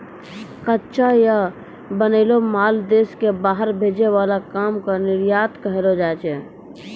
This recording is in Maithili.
कच्चा या बनैलो माल देश से बाहर भेजे वाला काम के निर्यात कहलो जाय छै